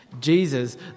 Jesus